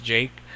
Jake